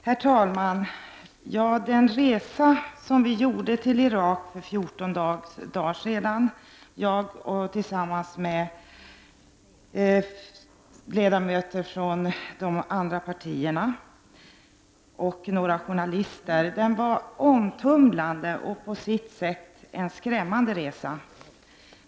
Herr talman! Den resa till Irak som jag tillsammans med riksdagsledamöter från de andra partierna och några journalister gjorde för 14 dagar sedan var omtumlande och på sitt sätt skrämmande.